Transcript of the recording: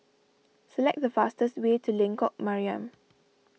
select the fastest way to Lengkok Mariam